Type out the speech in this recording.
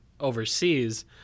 overseas